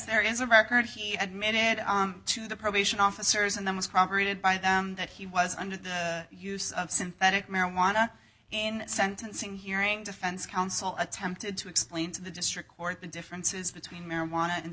there is a record he admitted to the probation officers and the most proper id by them that he was under the use of synthetic marijuana in sentencing hearing defense counsel attempted to explain to the district court the differences between marijuana